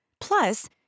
Plus